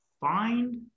find